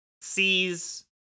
sees